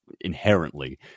inherently